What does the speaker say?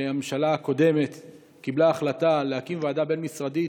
הממשלה הקודמת קיבלה החלטה להקים ועדה בין-משרדית